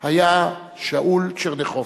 היה שאול טשרניחובסקי,